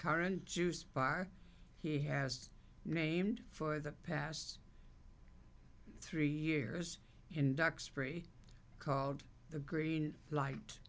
current juice bar he has named for the past three years in duxbury called the green light